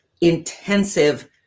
intensive